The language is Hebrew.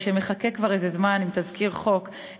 שמחכה כבר איזה זמן עם תזכיר חוק,